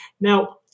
Now